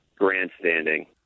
grandstanding